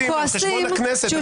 בכעסים, על חשבון הכנסת אני חושב.